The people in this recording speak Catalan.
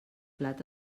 plat